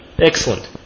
Excellent